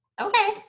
Okay